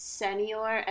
senior